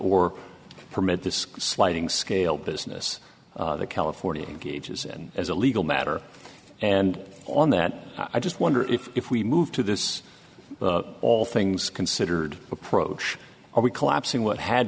or permit this sliding scale business the california gauges and as a legal matter and on that i just wonder if if we move to this all things considered approach are we collapsing what had